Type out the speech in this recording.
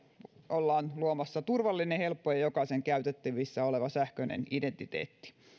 ollaan luomassa turvallinen helppo ja jokaisen käytettävissä oleva sähköinen identiteetti